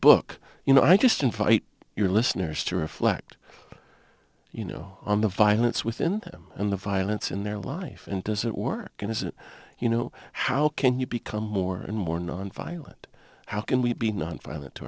book you know i just invite your listeners to reflect you know on the violence within him and the violence in their life and does it work and is it you know how can you become more and more nonviolent how can we be non